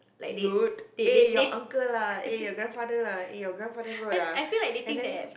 rude eh your uncle ah your grandfather lah eh your grandfather road lah and then